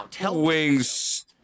wings